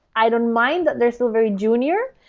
i don't mind that they're still very junior.